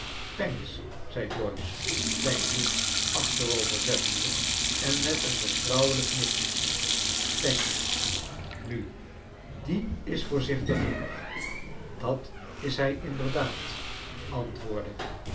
zei doyce zijn hoed achterover zettende en met een vertrouwelijk knikje pancks nu die is voorzichtig genoeg dat is hij inderdaad antwoordde